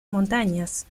montañas